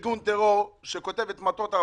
חזרה למפקח או מחזירים לארגון שייתן תשובות,